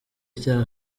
icyaha